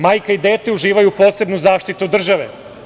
Majka i dete uživaju posebnu zaštitu države.